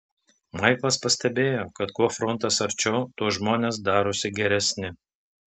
maiklas pastebėjo kad kuo frontas arčiau tuo žmonės darosi geresni